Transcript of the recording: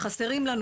חסרים לנו